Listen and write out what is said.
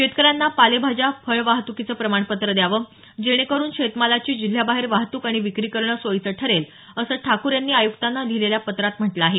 शेतकऱ्यांना पालेभाज्या फळं वाहतुकीचं प्रमाणपत्र द्यावं जेणेकरून शेतमालाची जिल्ह्याबाहेर वाहतूक आणि विक्री करणं सोयीचं ठरेल असं ठाकूर यांनी आयुक्तांना लिहिलेल्या पत्रात म्हटलं आहे